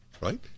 Right